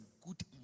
good